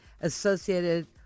associated